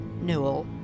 Newell